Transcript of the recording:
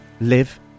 live